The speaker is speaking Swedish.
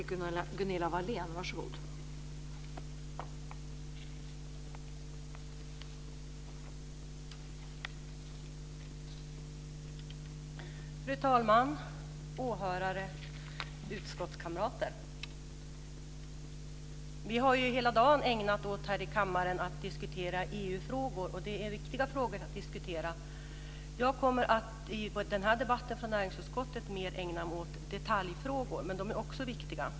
Fru talman, åhörare, utskottskamrater! Vi har hela dagen ägnat oss åt att diskutera EU-frågor här i kammaren. Det är viktiga frågor att diskutera. I den här debatten från näringsutskottet kommer jag mer att ägna mig åt detaljfrågor. De är också viktiga.